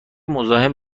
مزاحم